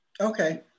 okay